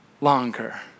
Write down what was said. longer